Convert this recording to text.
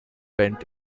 went